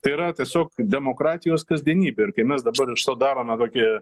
tai yra tiesiog demokratijos kasdienybė ir kai mes dabar iš to darome tokį